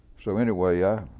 so anyway yeah